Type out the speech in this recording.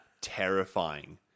terrifying